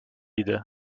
idi